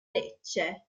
lecce